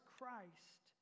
Christ